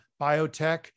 biotech